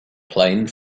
plane